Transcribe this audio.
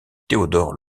theodore